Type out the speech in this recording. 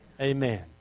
Amen